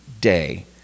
day